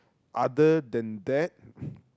other than that